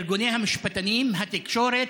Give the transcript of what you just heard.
ארגוני המשפטנים, התקשורת,